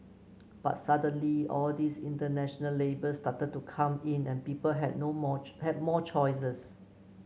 but suddenly all these international labels started to come in and people had no more had more choices